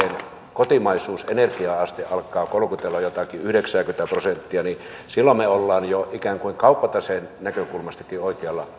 kotimaisuusenergia aste alkaa kolkutella jotakin yhdeksääkymmentä prosenttia silloin me olemme jo ikään kuin kauppataseen näkökulmastakin oikealla